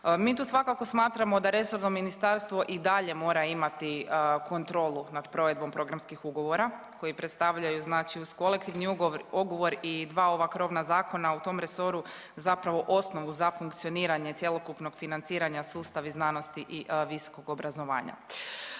Mi tu svakako smatramo da resorno ministarstvo i dalje mora imati kontrolu nad provedbom programskih ugovora koji predstavljaju znači uz kolektivni ugovor i dva ova krovna zakona. U tom resoru zapravo osnovu za funkcioniranje cjelokupnog financiranja sustav znanosti i visokog obrazovanja.